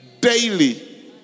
daily